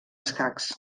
escacs